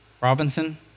Robinson